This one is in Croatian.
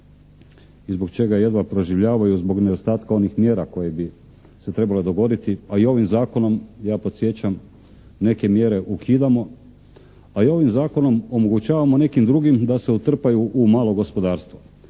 i zbog čega jedva preživljavaju? Zbog nedostatka onih mjera koje bi se trebale dogoditi, a i ovim Zakonom ja podsjećam neke mjere ukidamo, a i ovim Zakonom omogućavamo nekim drugim da se utrpaju u malo gospodarstvo.